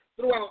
throughout